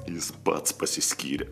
jis pats pasiskyrė